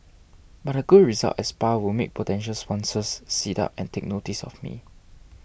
but a good result at spa will make potential sponsors sit up and take notice of me